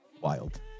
wild